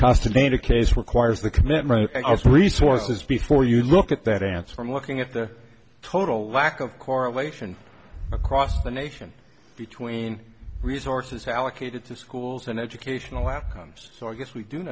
constant made a case requires the commitment of resources before you look at that answer from looking at the total lack of correlation across the nation between resources allocated to schools and educational outcomes so yes we do